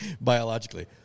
biologically